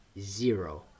zero